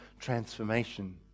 transformation